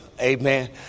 Amen